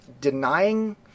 denying